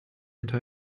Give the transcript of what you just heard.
into